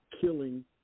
killing